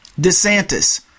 DeSantis